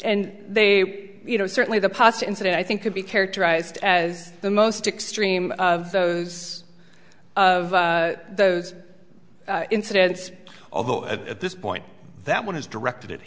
and they you know certainly the past incident i think could be characterized as the most extreme of those of those incidents although at this point that one is directed at